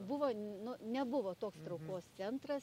buvo nu nebuvo toks traukos centras